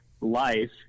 life